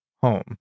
home